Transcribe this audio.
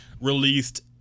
released